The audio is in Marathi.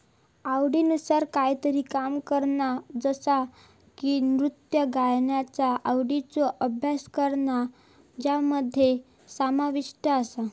आवडीनुसार कायतरी काम करणा जसा की नृत्य गायनाचा आवडीचो अभ्यास करणा ज्यामध्ये समाविष्ट आसा